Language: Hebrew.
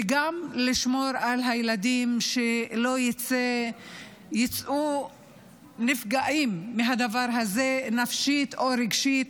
וגם לשמור שהילדים שלא יצאו נפגעים מהדבר הזה נפשית או רגשית,